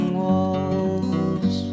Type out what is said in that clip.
walls